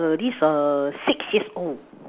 at least err six years old